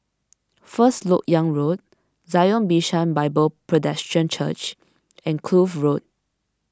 First Lok Yang Road Zion Bishan Bible Presbyterian Church and Kloof Road